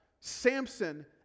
Samson